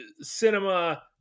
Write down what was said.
cinema